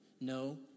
No